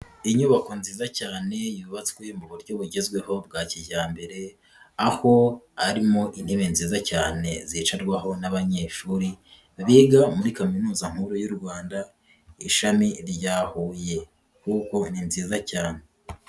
Inyubako nziza cyane yubatswe mu buryo bugezweho bwa kijyambere, aho harimo intebe nziza cyane zicarwaho n'abanyeshuri, biga muri Kaminuza nkuru y'u Rwanda ishami rya Huye, kuko ni nziza cyane.